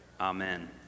Amen